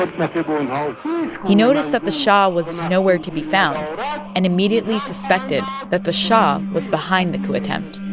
ah he noticed that the shah was nowhere to be found and immediately suspected that the shah was behind the coup attempt.